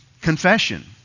confession